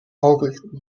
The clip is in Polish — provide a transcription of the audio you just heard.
owych